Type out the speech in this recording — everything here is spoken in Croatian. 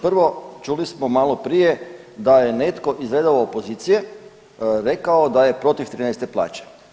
Prvo čuli smo malo prije da je netko iz redova opozicije rekao da je protiv 13 plaće.